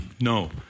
no